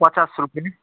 पचास रुपियाँ